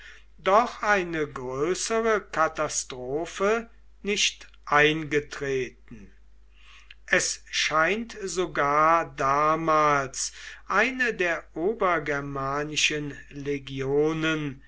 doch eine größere katastrophe nicht eingetreten es scheint sogar damals eine der obergermanischen legionen